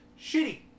shitty